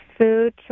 food